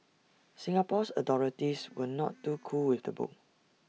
Singapore's authorities were not too cool with the book